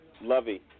Lovey